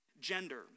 gender